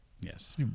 yes